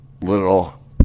little